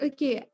Okay